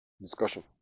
discussion